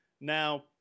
Now